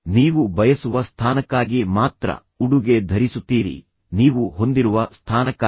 ನೀವು ಬಯಸುವ ಸ್ಥಾನಕ್ಕಾಗಿ ಮಾತ್ರ ಉಡುಗೆ ಧರಿಸುತ್ತೀರಿ ನೀವು ಹೊಂದಿರುವ ಸ್ಥಾನಕ್ಕಾಗಿ